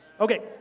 Okay